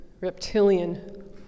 reptilian